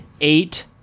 eight